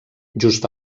just